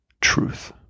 truth